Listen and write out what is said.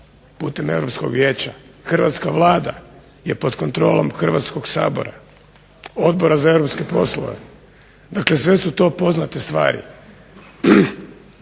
putem Europskog vijeća, hrvatska Vlada je pod kontrolom Hrvatskog sabora, Odbora za europske poslove. Dakle, sve su to poznate stvari.